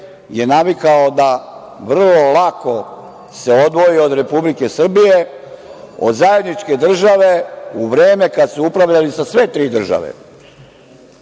je navikao da vrlo lako se odvoji od Republike Srbije, od zajedničke države u vreme kada su upravljali sa sve tri države.